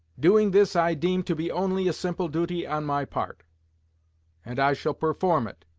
doing this i deem to be only a simple duty on my part and i shall perform it,